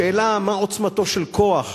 בשאלה מה עוצמתו של כוח